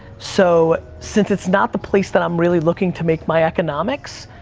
so since it's not the place that i'm really looking to make my economics,